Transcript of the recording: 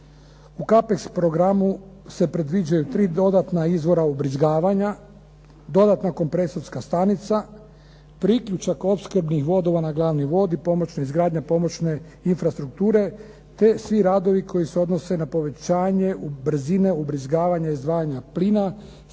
U Kapex programu se predviđaju tri dodatna izvora ubrizgavanja, dodatna kompresorska stanica, priključak opskrbnih vodova na glavni vod i izgradnja pomoćne infrastrukture te svi radovi koji se odnose na povećanje brzine, ubrizgavanje, izdvajanja plina